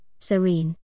Serene